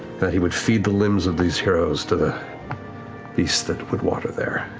that he would feed the limbs of these heroes to the beasts that would water there,